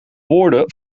woorden